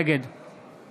נגד